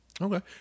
Okay